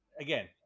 again